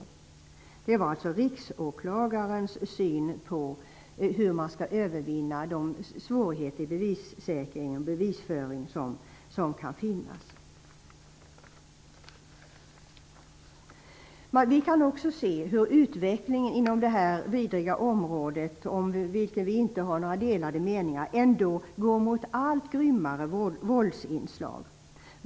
Detta var alltså riksåklagarens syn på hur man skall övervinna eventuella svårigheter i bevisföringen. Vi kan också se hur utvecklingen inom detta vidriga område, om vilken vi inte har några delade meningar, går mot allt grymmare våldsinslag.